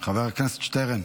חבר הכנסת שטרן.